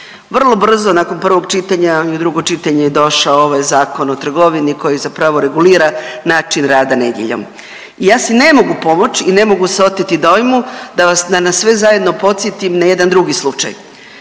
Vrlo brzo nakon prvog čitanja i u drugo čitanje je došao ovaj Zakon o trgovini koji zapravo regulira način rada nedjeljom. Ja si ne mogu pomoći i ne mogu se oteti dojmu da nas sve zajedno podsjetim na jedan drugi slučaj.